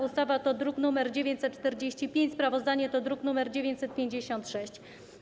Uchwała to druk nr 945, sprawozdanie to druk nr 956.